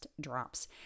drops